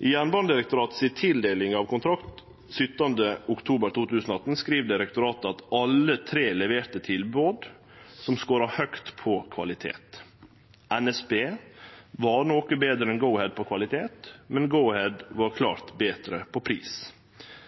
I Jernbanedirektoratet si tildeling av kontrakt 17. oktober 2018 skriv direktoratet at alle tre leverte tilbod som scora høgt på kvalitet. NSB var noko betre enn Go-Ahead på kvalitet, men Go-Ahead var klart betre på pris.